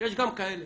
יש גם כאלה.